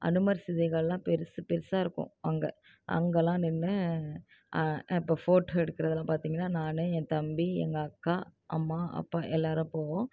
அனுமார் சிலைகளெலாம் பெருசு பெருசாக இருக்கும் அங்கே அங்கெல்லாம் நின்று இப்போது ஃபோட்டோ எடுக்கிறதெல்லாம் பார்த்தீங்கன்னா நான் என் தம்பி எங்கள் அக்கா அம்மா அப்பா எல்லாரும் போவோம்